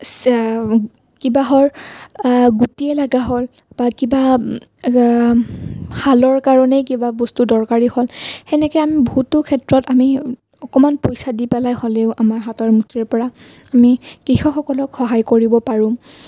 কিবা গুটিয়েই লগা হ'ল বা কিবা হালৰ কাৰণেই কিবা বস্তু দৰকাৰী হ'ল সেনেকৈ আমি বহুতো ক্ষেত্ৰত আমি অকণমান পইচা দি পেলাই হ'লেও আমাৰ হাতৰ মুঠিৰ পৰা আমি কৃষকসকলক সহায় কৰিব পাৰোঁ